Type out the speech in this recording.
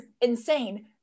insane